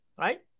Right